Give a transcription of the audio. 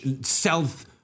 self